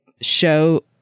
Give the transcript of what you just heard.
show